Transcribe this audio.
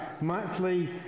monthly